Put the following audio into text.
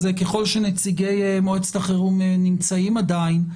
אז ככל שנציגי מועצת החירום נמצאים עדיין,